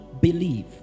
believe